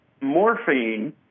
morphine